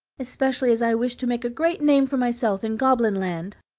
especially as i wish to make a great name for myself in goblin land.